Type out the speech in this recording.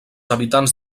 habitants